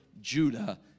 Judah